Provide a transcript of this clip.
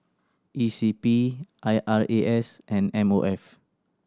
E C P I R A S and M O F